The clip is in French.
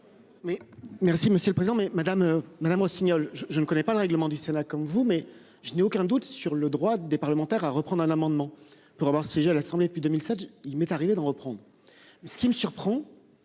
Merci Monsieur le Président, mais Madame Madame Rossignol je je ne connais pas le règlement du Sénat comme vous mais je n'ai aucun doute sur le droit des parlementaires à reprendre un amendement pour avoir siégé à l'Assemblée depuis 2007. Il m'est arrivé d'en reprendre. Ce qui me surprend.